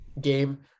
game